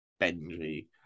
Benji